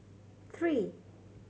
three